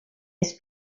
his